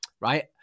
Right